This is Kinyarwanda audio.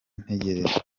ntegereje